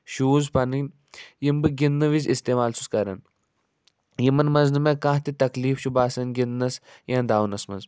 shoes پَنٕنۍ یِم بہٕ گِنٛدنہٕ وِزِ استعمال چھُس کَران یِمَن منٛز نہٕ مےٚ کانٛہہ تہِ تکلیٖف چھُ باسان گِنٛدنَس یا دَونَس منٛز